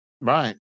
right